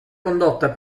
condotta